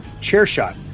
ChairShot